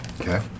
Okay